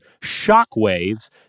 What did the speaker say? Shockwaves